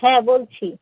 হ্যাঁ বলছি